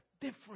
different